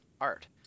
art